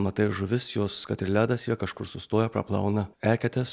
matai žuvis jos kad ir ledas yra kažkur sustoja praplauna eketes